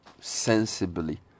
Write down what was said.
sensibly